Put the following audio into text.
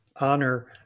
honor